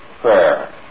prayer